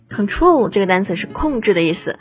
Control这个单词是控制的意思